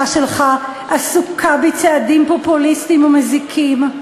שלך עסוקה בצעדים פופוליסטים ומזיקים.